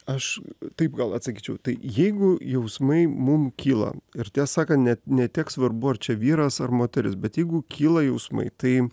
aš taip gal atsakyčiau tai jeigu jausmai mum kyla ir tiesą sakant net ne tiek svarbu ar čia vyras ar moteris bet jeigu kyla jausmai tai